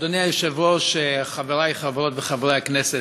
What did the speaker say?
אדוני היושב-ראש, חברי חברות וחברי הכנסת,